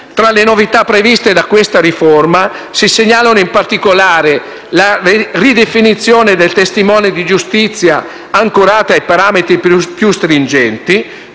Tra le novità previste da questa riforma, si segnalano in particolare: la ridefinizione del testimone di giustizia, ancorata a parametri più stringenti;